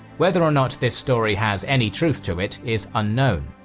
whether or not this story has any truth to it is unknown,